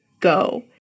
go